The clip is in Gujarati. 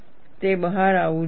તે બહાર આવવું જોઈએ